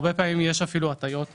הרבה פעמים יש הטעיות מפורשות,